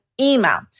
email